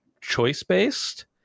choice-based